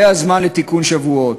זה הזמן לתיקון שבועות,